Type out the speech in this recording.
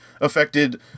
affected